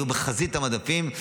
יהיו בחזית המדפים,